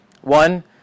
One